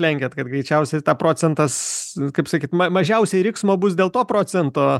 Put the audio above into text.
lenkiat kad greičiausiai tą procentas kaip sakyt ma mažiausiai riksmo bus dėl to procento